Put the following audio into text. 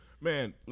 man